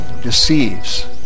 deceives